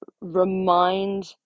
remind